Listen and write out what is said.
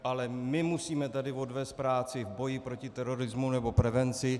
Ale my musíme tady odvést práci v boji proti terorismu nebo prevenci.